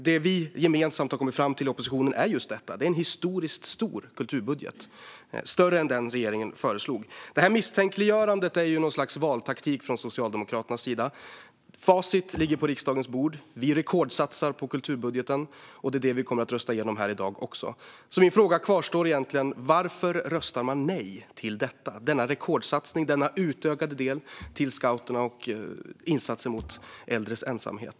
Det vi gemensamt i oppositionen har kommit fram till är just detta. Det är en historiskt stor kulturbudget, och större än den regeringen föreslog. Det här misstänkliggörandet är något slags valtaktik från Socialdemokraternas sida. Facit ligger på riksdagens bord. Vi rekordsatsar på kulturbudgeten, och det är också vad vi kommer att rösta igenom här i dag. Min fråga kvarstår: Varför röstar man nej till detta, denna rekordsatsning och denna utökade del till scouterna och insatser mot äldres ensamhet?